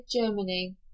Germany